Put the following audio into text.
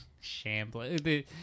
Shambling